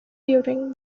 during